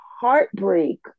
heartbreak